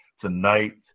tonight